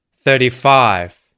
thirty-five